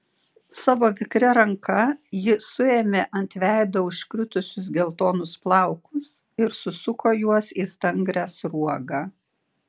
savo vikria ranka ji suėmė ant veido užkritusius geltonus plaukus ir susuko juos į stangrią sruogą